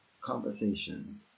conversation